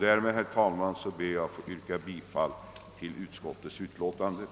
Härmed, herr talman, ber jag att få yrka bifall till utskottets hemställan.